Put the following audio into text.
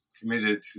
committed